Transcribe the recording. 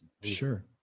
Sure